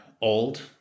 old